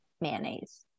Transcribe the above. mayonnaise